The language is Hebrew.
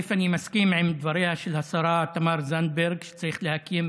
אני מסכים לדבריה של השרה תמר זנדברג שצריך להקים